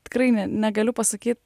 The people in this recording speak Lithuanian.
tikrai ne negaliu pasakyt